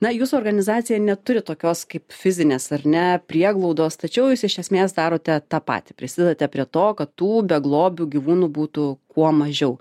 na jūsų organizacija neturi tokios kaip fizinės ar ne prieglaudos tačiau jūs iš esmės darote tą patį prisidedate prie to kad tų beglobių gyvūnų būtų kuo mažiau